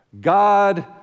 God